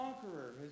conqueror